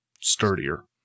sturdier